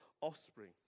offspring